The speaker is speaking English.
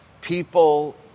people